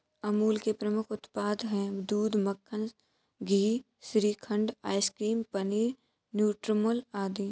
अमूल के प्रमुख उत्पाद हैं दूध, मक्खन, घी, श्रीखंड, आइसक्रीम, पनीर, न्यूट्रामुल आदि